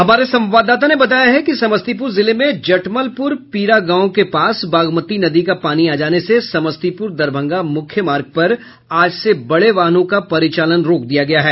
हमारे संवाददाता ने बताया है कि समस्तीपुर जिले में जटमलपुर पीरा गांव के पास बागमती नदी का पानी आ जाने से समस्तीपुर दरभंगा मुख्य मार्ग पर आज से बड़े वाहनों का परिचालन रोक दिया गया है